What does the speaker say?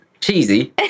cheesy